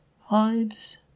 hides